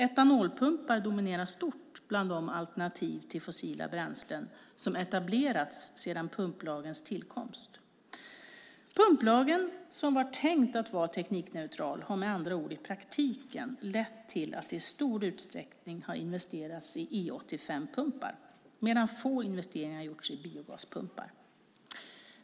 Etanolpumpar dominerar stort bland de alternativ till fossila bränslen som har etablerats sedan pumplagens tillkomst. Pumplagen, som var tänkt att vara teknikneutral, har med andra ord i praktiken lett till att det i stor utsträckning har investerats i E85-pumpar, medan få investeringar har gjorts i biogaspumpar.